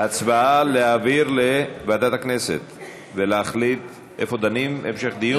הצבעה על להעביר לוועדת הכנסת ולהחליט איפה דנים המשך דיון?